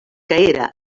era